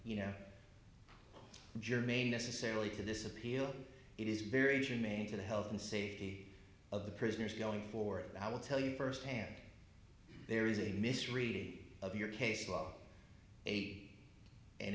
you know germane necessarily to this appeal it is very germane to the health and safety of the prisoners going forward i will tell you firsthand there is a misread of your case law eighty and